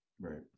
Right